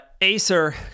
Acer